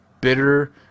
bitter